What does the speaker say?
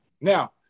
Now